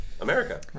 America